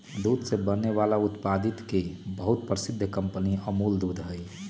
दूध से बने वाला उत्पादित के बहुत प्रसिद्ध कंपनी अमूल दूध हई